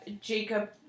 Jacob